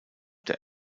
der